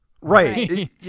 right